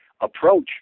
approach